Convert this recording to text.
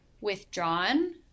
withdrawn